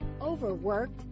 Overworked